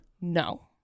no